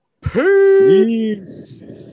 Peace